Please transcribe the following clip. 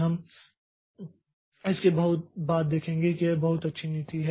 हम इसके बहुत बाद देखेंगे कि यह बहुत अच्छी नीति है